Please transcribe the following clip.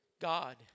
God